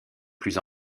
plus